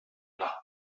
nach